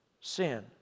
sin